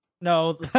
No